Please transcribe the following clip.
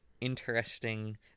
interesting